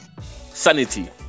sanity